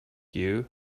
you